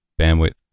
bandwidth